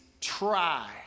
try